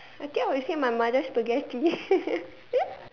I think I will say my mother's spaghetti